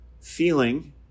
Feeling